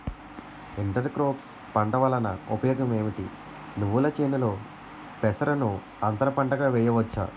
Inter crops పంట వలన ఉపయోగం ఏమిటి? నువ్వుల చేనులో పెసరను అంతర పంటగా వేయవచ్చా?